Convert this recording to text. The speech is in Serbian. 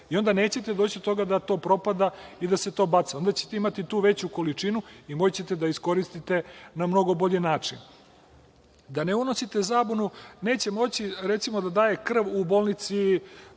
i onda nećete doći do toga da to propada i da se to baca. Imaćete tu veću količinu i moći ćete da iskoristite na mnogo bolji način. Da ne unosite zabunu, neće moći, recimo, da daje krv u bolnici